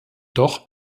doch